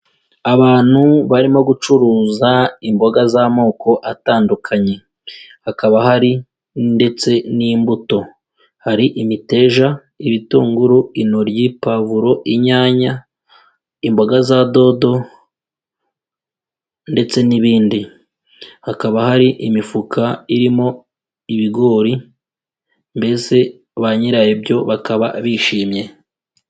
Abantu barimo gucuruza imboga z'amoko atandukanye. Hakaba hari ndetse n'imbuto. Hari imiteja, ibitunguru, intoryi, pavuro, inyanya, imboga za dodo ndetse n'ibindi. Hakaba hari imifuka irimo ibigori, mbese banyirabyo bakaba bishimye.